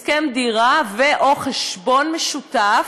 הסכם דירה ו/או חשבון משותף,